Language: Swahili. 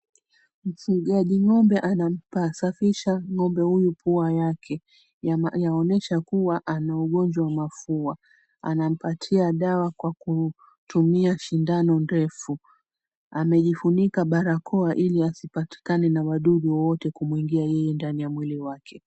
Mfugaji ng'ombe anamsafisha ng'ombe huyu pua yake yaonyesha kuwa ana ugonjwa wa mafua. Anampatia dawa kwa kutumia shindano ndefu. Amejifunika barakoa ili asipatikane na wadudu wowote kumuingia yeye ndani wa mwili wake.